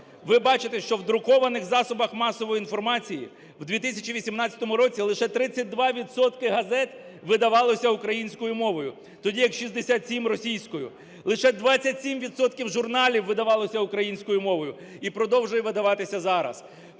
Ви бачите, що в друкованих засобах масової інформації у 2018 році лише 32 відсотки газет видавалося українською мовою, тоді як 67 – російською; лише 27 відсотків журналів видавалося українською мовою і продовжує видаватися зараз.